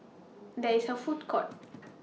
There IS A Food Court